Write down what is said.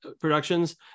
productions